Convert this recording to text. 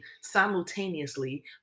simultaneously